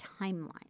timeline